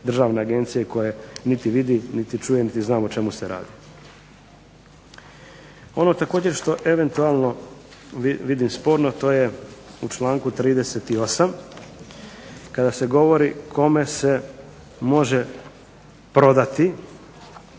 Državne agencije koje niti vidi, niti čuje, niti zna o čemu se radi. Ono također što eventualno vidim sporno to je u člaku 38. kada se govori kome se može prodati